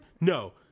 No